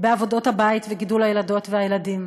בעבודות הבית וגידול הילדות והילדים.